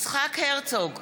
יצחק הרצוג,